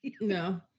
No